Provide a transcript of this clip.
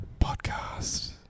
Podcast